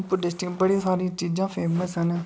Udhampur district च बड़ियां सारियां चीज़ां फेमस न